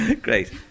Great